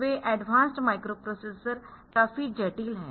वे advanced microprocessor काफी जटिल है